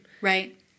Right